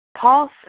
Paul